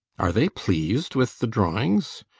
are they pleased with the drawings?